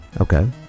Okay